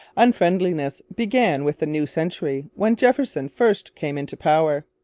unfriendliness began with the new century, when jefferson first came into power.